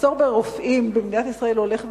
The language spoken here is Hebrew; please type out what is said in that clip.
המחסור ברופאים במדינת ישראל הולך וגדל,